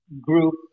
group